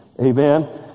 Amen